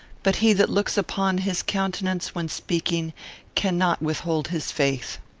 but he that looks upon his countenance when speaking cannot withhold his faith.